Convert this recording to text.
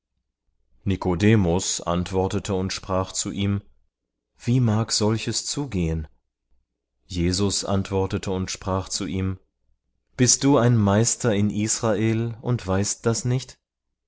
ist nikodemus antwortete und sprach zu ihm wie mag solches zugehen jesus antwortete und sprach zu ihm bist du ein meister in israel und weißt das nicht